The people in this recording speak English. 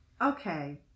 Okay